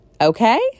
Okay